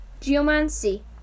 Geomancy